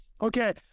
okay